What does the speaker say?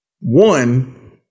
one